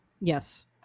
Yes